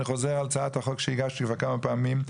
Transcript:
אני חוזר על הצעת החוק שהגשתי כבר כמה פעמים,